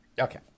Okay